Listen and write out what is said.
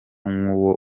k’uwo